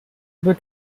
bit